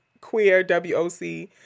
QueerWOC